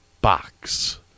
box